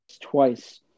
twice